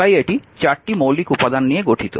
তাই এটি 4টি মৌলিক উপাদান নিয়ে গঠিত